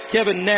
Kevin